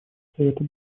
совета